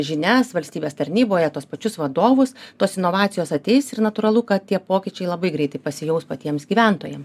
žinias valstybės tarnyboje tuos pačius vadovus tos inovacijos ateis ir natūralu kad tie pokyčiai labai greitai pasijaus patiems gyventojam